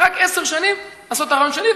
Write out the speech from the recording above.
רק עשר שנים לנסות את הרעיון שלי,